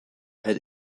head